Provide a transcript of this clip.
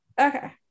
Okay